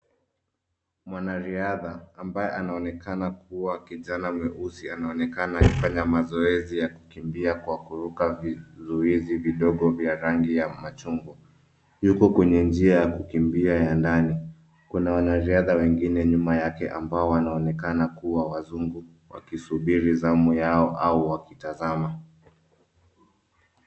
Mwanariadha ambaye anaonekana kuwa kijana mweusi anaonekana akifanya mazoezi ya kukimbia kwa kuruka vizuizi vidogo vya rangi ya machungwa. Yuko kwenye njia ya kukimbia ya ndani. Kuna wanariadha wengine nyuma yake ambao wanaonekana kuwa wazungu wakisubiri zamu yao au wakitazama.